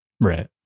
Right